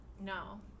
No